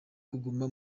kuguma